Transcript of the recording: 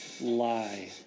lie